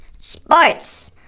Sports